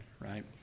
right